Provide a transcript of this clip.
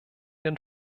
den